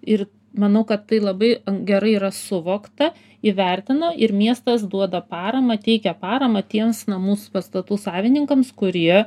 ir manau kad tai labai gerai yra suvokta įvertino ir miestas duoda paramą teikia paramą tiems namus pastatų savininkams kurie